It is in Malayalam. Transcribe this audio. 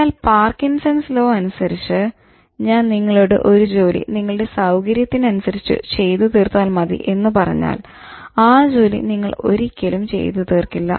എന്നാൽ പാർക്കിൻസൺസ് ലോ അനുസരിച്ച് ഞാൻ നിങ്ങളോട് ഒരു ജോലി നിങ്ങളുടെ സൌകര്യത്തിനനുസരിച്ച് ചെയ്തു തീർത്താൽ മതി എന്ന് പറഞ്ഞാൽ ആ ജോലി നിങ്ങൾ ഒരിക്കലും ചെയ്ത് തീർക്കില്ല